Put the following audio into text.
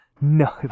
No